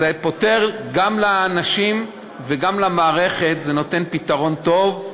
זה פותר גם לאנשים וגם למערכת, זה נותן פתרון טוב.